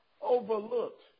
overlooked